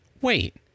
Wait